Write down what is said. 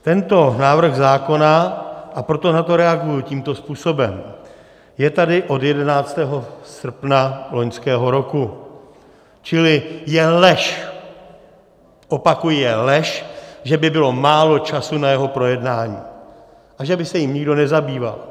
Tento návrh zákona, a proto na to reaguji tímto způsobem, je tady od 11. srpna loňského roku, čili je lež, opakuji, je lež, že by bylo málo času na jeho projednání a že by se jím nikdo nezabýval.